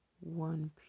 one